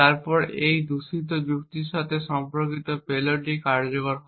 তারপর এই দূষিত যুক্তির সাথে সম্পর্কিত পেলোড কার্যকর হয়